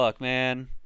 man